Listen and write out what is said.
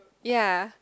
ya